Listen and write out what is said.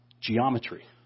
geometry